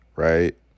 Right